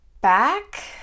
back